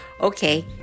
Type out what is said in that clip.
okay